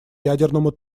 ядерному